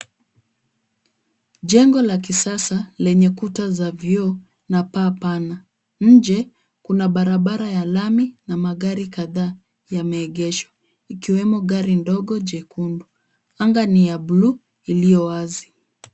Jengo la kisasa lenye kuta za vioo na paa pana. Nje kuna barabara ya lami na magari kadhaa yameegeshwa ikiwemo gari ndogo jekundu, Anga ni ya buluu iliyo wazi.